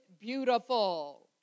beautiful